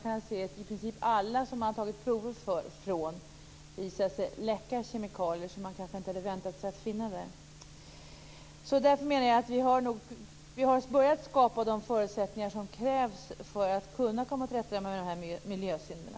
I princip alla som man har tagit prover från har visat sig läcka kemikalier som man kanske inte hade väntat sig att finna där. Vi har börjat skapa de förutsättningar som krävs för att kunna komma till rätta med miljösynderna.